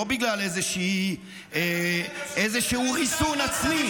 לא בגלל איזשהו ריסון עצמי.